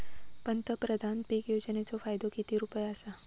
पंतप्रधान पीक योजनेचो फायदो किती रुपये आसा?